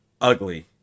ugly